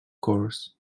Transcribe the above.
course